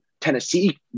Tennessee